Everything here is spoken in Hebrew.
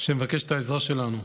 שמבקשים את העזרה שלנו,